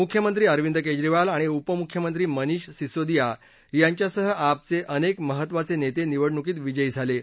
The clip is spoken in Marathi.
मुख्यमंत्री अरविंद केजरीवाल आणि उपमुख्यमंत्री मनिष सिसोदिया यांच्यासह आपचे अनेक महत्त्वाचे नेते निवडणुकीत विजयी झाले आहेत